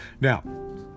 Now